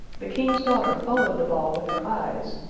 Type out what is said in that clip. the king's daughter followed the ball with her eyes,